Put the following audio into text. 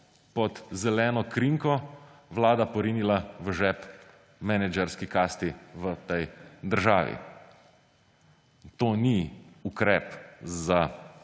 pod zeleno krinko Vlada porinila v žep menedžerski kasti v tej državi. To ni ukrep za